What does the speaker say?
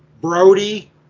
Brody